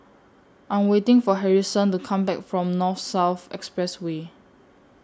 I Am waiting For Harrison to Come Back from North South Expressway